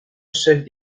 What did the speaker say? seul